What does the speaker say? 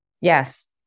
Yes